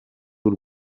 b’u